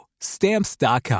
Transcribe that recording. Stamps.com